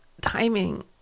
timing